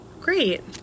great